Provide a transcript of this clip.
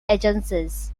agencies